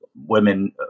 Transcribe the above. women